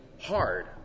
hard